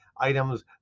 Items